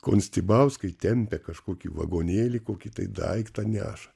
konstibauskai tempia kažkokį vagonėlį kokį tai daiktą neša